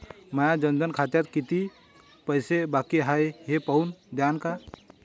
माया जनधन खात्यात कितीक पैसे बाकी हाय हे पाहून द्यान का?